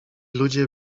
ludzie